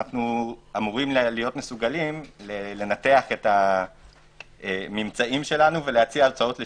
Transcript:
ואמורים להיות מסוגלים לנתח את הממצאים שלנו ולהציע הצעות לשיפור.